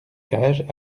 cage